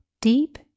deep